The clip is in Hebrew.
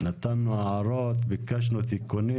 הערנו הערות, ביקשנו תיקונים.